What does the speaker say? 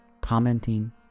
commenting